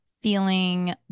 feeling